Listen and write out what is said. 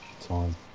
time